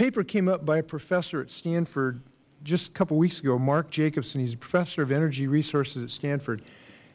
paper came up by a professor at stanford just a couple of weeks ago mark jacobson he is the professor of energy resources at stanford